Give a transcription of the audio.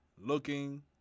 looking